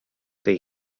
tej